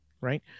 Right